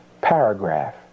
paragraph